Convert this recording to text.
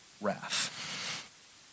wrath